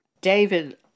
David